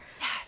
Yes